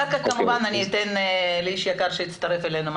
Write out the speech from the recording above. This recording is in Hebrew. אחר כך אתן לאיש היקר שהצטרף אלינו,